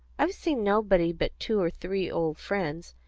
i've seen nobody but two or three old friends,